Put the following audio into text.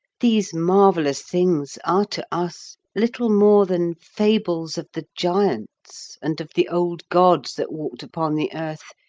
these marvellous things are to us little more than fables of the giants and of the old gods that walked upon the earth,